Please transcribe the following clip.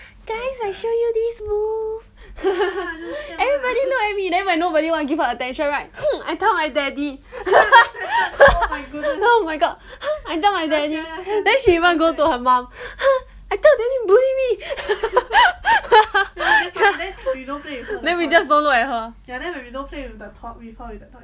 guys I show you this move everybody look at me then when nobody wanna give her attention right I told my daddy oh my god I tell my dad ya then she even go to her mum !huh! I tell daddy bully me then we just don't look at her